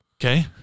Okay